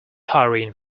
hurrying